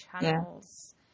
channels